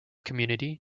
community